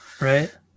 Right